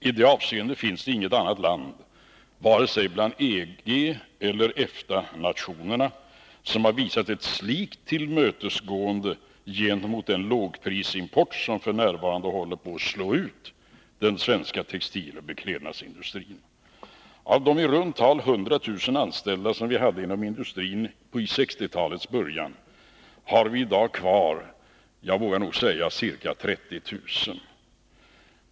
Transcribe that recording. I det avseendet finns det inget annat land vare sig bland EG eller EFTA nationerna som har visat ett slikt tillmötesgående gentemot den lågprisimport som f. n. håller på att slå ut den svenska textiloch beklädnadsindustrin. Av de i runt tal 100 000 anställda som vi hade inom denna industri vid 1960-talets början har vi i dag kvar ca 30 000.